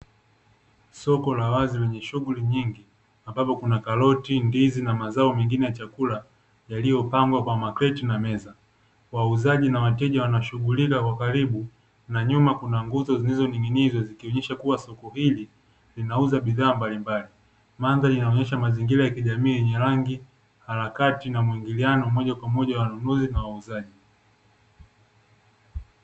Soko la wazi lenye shughuli nyingi, ambapo kuna karoti, ndizi na mazao mengine ya chakula yaliyopangwa kwa makreti na meza. Wauzaji na wateja wanashughulika kwa karibu na nyuma kuna nguzo zinazoning'inizwa zikionyesha kuwa soko hili linauza bidhaa mbalimbali. Mandhari inaonyesha mazingira ya kijamii yenye rangi, harakati na muingiliano wa moja kwa moja wa wanunuzi na wauzaji.